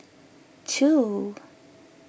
two